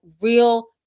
real